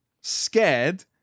scared